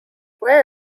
wear